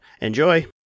Enjoy